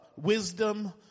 wisdom